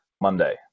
Monday